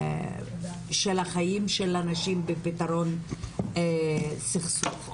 של החיים של הנשים בפתרון סכסוך,